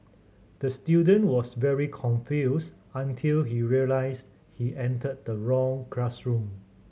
the student was very confused until he realised he entered the wrong classroom